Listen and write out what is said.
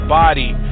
body